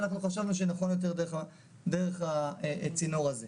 אבל אנחנו חשבנו שנכון יותר דרך הצינור הזה.